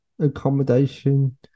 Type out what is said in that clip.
accommodation